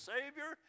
Savior